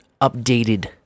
updated